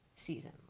season